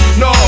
no